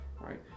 right